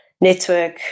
network